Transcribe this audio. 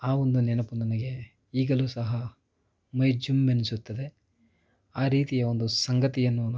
ಆ ಒಂದು ನೆನಪು ನನಗೆ ಈಗಲೂ ಸಹ ಮೈ ಜುಮ್ಮೆನಿಸುತ್ತದೆ ಆ ರೀತಿಯ ಒಂದು ಸಂಗತಿಯನ್ನು ನಾನು